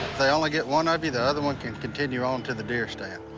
they only get one of you, the other one can continue onto the deer stand.